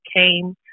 came